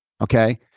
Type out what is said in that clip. okay